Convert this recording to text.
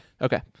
Okay